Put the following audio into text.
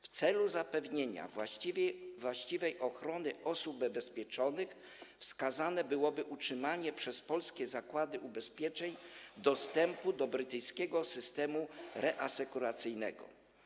W celu zapewnienia właściwej ochrony osób ubezpieczonych wskazane byłoby utrzymanie przez polskie zakłady ubezpieczeń dostępu do brytyjskiego systemu reasekuracyjnego.